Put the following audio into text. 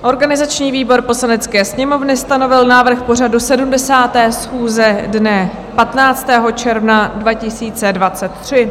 Organizační výbor Poslanecké sněmovny stanovil návrh pořadu 70. schůze dne 15. června 2023.